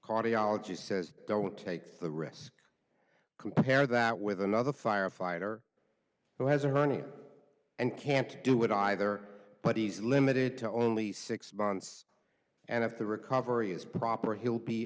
cardiology says don't take the risk compare that with another firefighter who has a hernia and can't do it either but he's limited to only six months and if the recovery is proper he'll be